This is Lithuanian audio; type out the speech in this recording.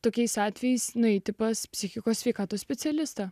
tokiais atvejais nueiti pas psichikos sveikatos specialistą